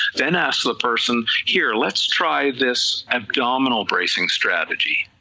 then ask the person here let's try this abdominal bracing strategy,